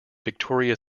victoria